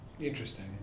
Interesting